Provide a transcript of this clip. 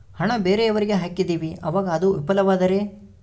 ಹಣ ಬೇರೆಯವರಿಗೆ ಹಾಕಿದಿವಿ ಅವಾಗ ಅದು ವಿಫಲವಾದರೆ?